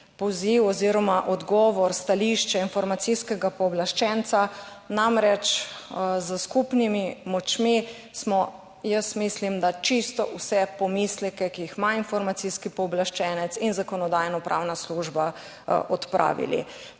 oziroma odgovor, stališče informacijskega pooblaščenca. Namreč, s skupnimi močmi smo, jaz mislim, da čisto vse pomisleke, ki jih ima informacijski pooblaščenec in Zakonodajno-pravna služba, odpravili.